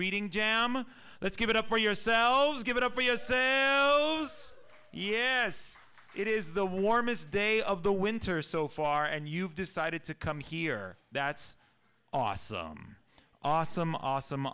reading jam let's give it up for yourselves give it up for us yes it is the warmest day of the winter so far and you've decided to come here that's awesome awesome awesome